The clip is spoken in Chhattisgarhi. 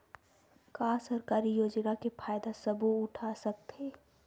का सरकारी योजना के फ़ायदा सबो उठा सकथे?